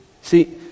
see